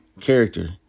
character